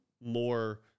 more